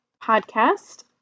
podcast